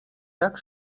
tak